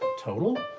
Total